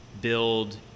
build